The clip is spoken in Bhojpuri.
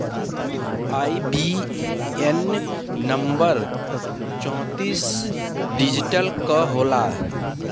आई.बी.ए.एन नंबर चौतीस डिजिट क होला